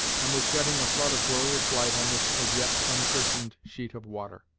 and was shedding a flood of glorious light on this as yet unchristened sheet of water.